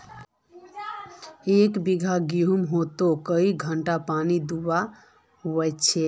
एक बिगहा गेँहूत कई घंटा पानी दुबा होचए?